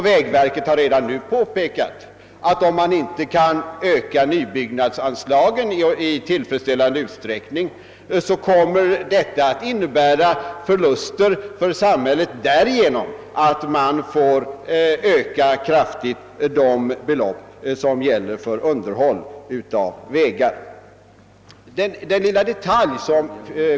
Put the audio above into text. Vägverket har också påpekat, att om nybyggnadsanslagen inte ökas tillräckligt kommer detta att medföra ökade utgifter för samhället därigenom att man då blir tvungen att höja anslagen för underhåll av vägarna.